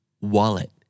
Wallet